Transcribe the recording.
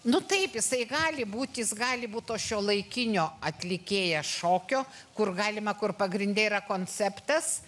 nu taip jisai gali būti jis gali būti to šiuolaikinio atlikėja šokio kur galima kur pagrinde yra konceptas